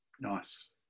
Nice